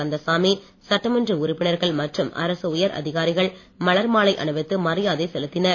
கந்தசாமி சட்டமன்ற உறுப்பினர்கள் மற்றும் அரசு உயர் அதிகாரிகள் மலர் மாலை அணிவித்து மரியாதை செலுத்தினர்